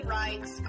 rights